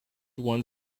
one